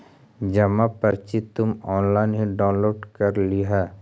जमा पर्ची तुम ऑनलाइन ही डाउनलोड कर लियह